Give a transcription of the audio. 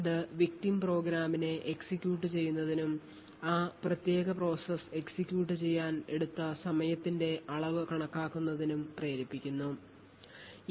അത് victim പ്രോഗ്രാമിനെ execute ചെയ്യുന്നതിനും ആ പ്രത്യേക process execute ചെയ്യാൻ എടുത്ത സമയത്തിന്റെ അളവ് കണക്കാക്കുന്നതിനും പ്രേരിപ്പിക്കുന്നു